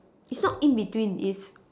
it's not in between it's